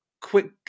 quick